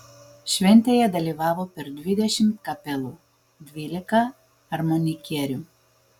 šventėje dalyvavo per dvidešimt kapelų dvylika armonikierių